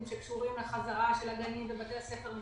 שקשורים לחזרה של הגנים ובתי הספר,